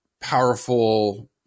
powerful